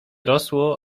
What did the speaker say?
rosło